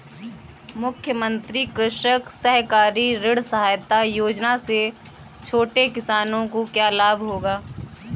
मुख्यमंत्री कृषक सहकारी ऋण सहायता योजना से छोटे किसानों को क्या लाभ होगा?